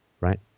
Right